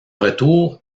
retour